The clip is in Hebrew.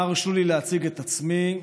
נא הרשו לי להציג את עצמי,